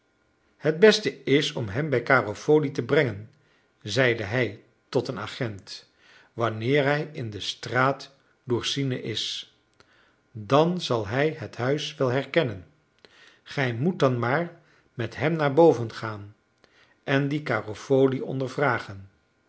het beste is om hem bij garofoli te brengen zeide hij tot een agent wanneer hij in de straat lourcine is dan zal hij het huis wel herkennen gij moet dan maar met hem naar boven gaan en dien